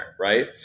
right